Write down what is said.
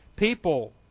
people